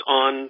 on